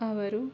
ಅವರು